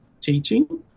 teaching